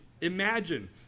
Imagine